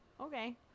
okay